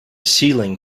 ceiling